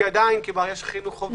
כי עדיין יש חינוך חובה.